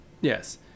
Yes